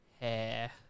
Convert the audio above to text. hair